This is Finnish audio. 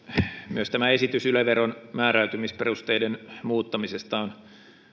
myös tämä esitys yle veron määräytymisperusteiden muuttamisesta on